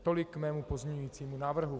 Tolik k mému pozměňovacímu návrhu.